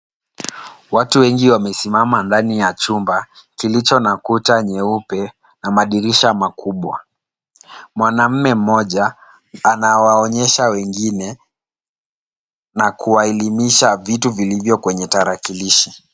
Watu wengi wamesimama ndani ya chumba kilicho na kuta nyeupe na madirisha makubwa. Mwanamme mmoja anawaonyesha wengine na kuwaelimisha vitu vilivyo kwenye tarakilishi.